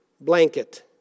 blanket